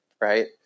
right